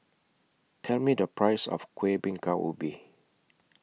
Tell Me The Price of Kuih Bingka Ubi